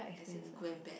as in good and bad